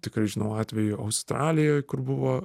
tikrai žinau atvejų australijoj kur buvo